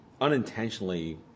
unintentionally